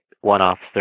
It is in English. one-offs